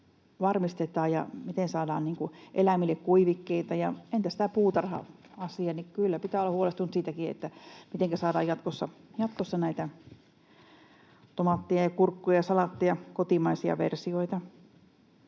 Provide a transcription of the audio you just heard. ja miten saadaan eläimille kuivikkeita, entäs tämä puutarha-asia? Kyllä pitää olla huolestunut siitäkin, mitenkä saadaan jatkossa tomaattia, kurkkua ja salaattia kotimaisia versioita.